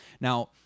Now